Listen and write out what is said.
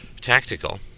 tactical